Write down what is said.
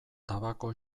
tabako